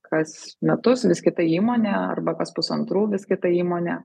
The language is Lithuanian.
kas metus vis kita įmonė arba kas pusantrų vis kita įmonė